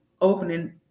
opening